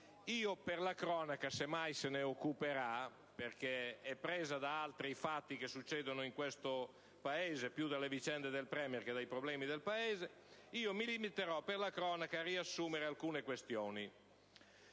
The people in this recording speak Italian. Per la cronaca (se mai se ne occuperà, perché è presa da altri fatti che accadono in Italia: più dalle vicende del Premier che dai problemi del Paese), mi limiterò a riassumere alcune questioni,